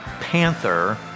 Panther